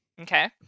Okay